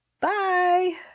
Bye